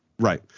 Right